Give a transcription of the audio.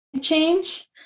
change